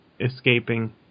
escaping